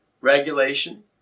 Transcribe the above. regulation